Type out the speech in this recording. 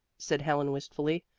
said helen wistfully.